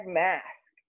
mask